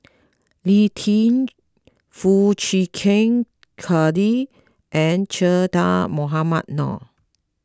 Lee Tjin Foo Chee Keng Cedric and Che Dah Mohamed Noor